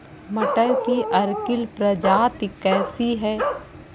मटर की अर्किल प्रजाति कैसी है?